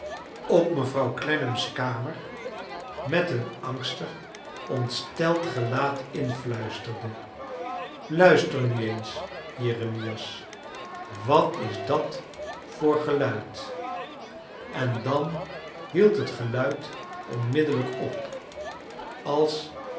op mevrouw olennam's kamer met een angstig ontsteld gelaat influisterde luister nu eens jeremias wat is dat voor geluid en dan hield net geluid onmiddellijk op als